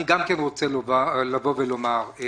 אני רוצה לומר גם: